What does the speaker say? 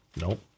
Nope